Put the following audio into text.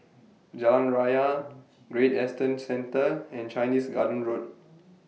Jalan Raya Great Eastern Centre and Chinese Garden Road